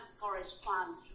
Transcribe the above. correspond